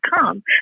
come